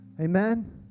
Amen